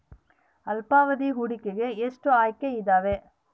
ಅಲ್ಪಾವಧಿ ಹೂಡಿಕೆಗೆ ಎಷ್ಟು ಆಯ್ಕೆ ಇದಾವೇ?